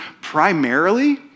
primarily